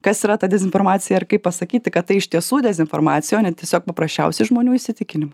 kas yra ta dezinformacija ir kaip pasakyti kad tai iš tiesų dezinformacija o ne tiesiog paprasčiausi žmonių įsitikinimai